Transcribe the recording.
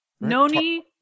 Noni